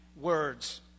words